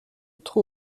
trop